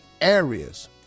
areas